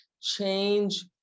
change